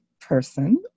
person